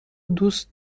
دوست